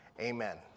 Amen